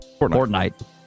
Fortnite